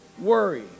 worry